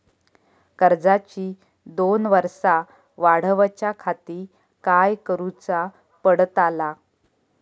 कर्जाची दोन वर्सा वाढवच्याखाती काय करुचा पडताला?